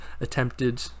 attempted